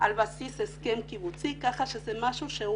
על בסיס הסכם קיבוצי ככה שזה משהו שהוא